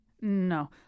No